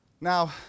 Now